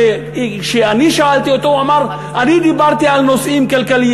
כשאני שאלתי אותו הוא אמר: אני דיברתי על נושאים כלכליים.